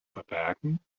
verbergen